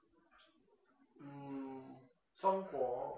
mm 中国